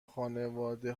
خانواده